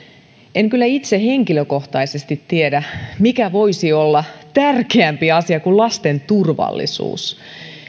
en kyllä itse henkilökohtaisesti tiedä mikä voisi olla tärkeämpi asia kuin lasten turvallisuus